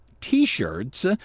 T-shirts